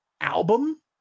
album